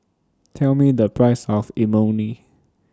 Tell Me The Price of Imoni